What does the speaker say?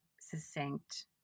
succinct